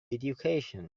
education